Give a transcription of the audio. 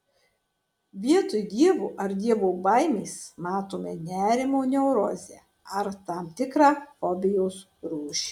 vietoj dievo ar dievo baimės matome nerimo neurozę ar tam tikrą fobijos rūšį